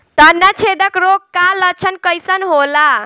तना छेदक रोग का लक्षण कइसन होला?